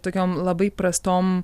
tokiom labai prastom